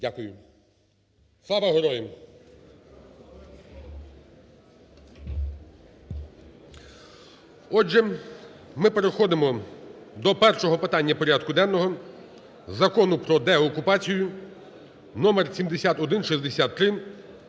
Дякую. Слава героям!